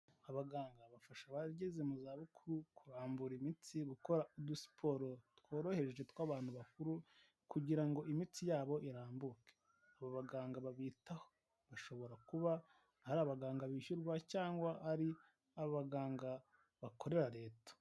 Abaganga bafasha abageze mu zabukuru kurambura imitsi gukora udusiporo tworoheje tw'abantu bakuru kugirango ngo imitsi yabo irambuke aba baganga babitaho bashobora kuba ari abaganga bishyurwa cyangwa ari abaganga bakorera leta.